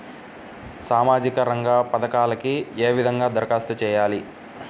సామాజిక రంగ పథకాలకీ ఏ విధంగా ధరఖాస్తు చేయాలి?